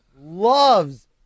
loves